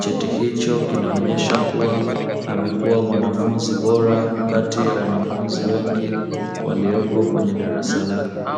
cheti hicho kinaonyesha kuwa amekuwa mwanafunzi bora kati ya wanafunzi wengi waliopo kwenye darasa lake.